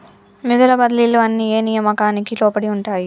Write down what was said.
నిధుల బదిలీలు అన్ని ఏ నియామకానికి లోబడి ఉంటాయి?